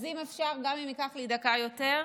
אז גם אם ייקח לי דקה יותר,